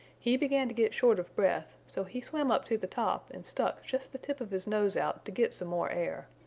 he began to get short of breath, so he swam up to the top and stuck just the tip of his nose out to get some more air.